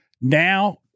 now